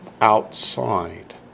Outside